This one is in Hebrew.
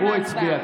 הוא הצביע.